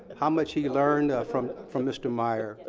how much he learned from from mr. meyer.